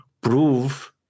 prove